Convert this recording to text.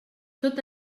tot